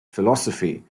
philosophy